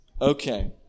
Okay